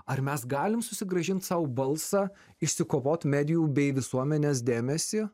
ar mes galim susigrąžint sau balsą išsikovot medijų bei visuomenės dėmesį